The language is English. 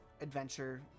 adventure